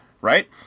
Right